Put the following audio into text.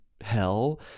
hell